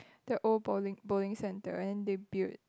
the old bowling bowling center and they build